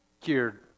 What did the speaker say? cured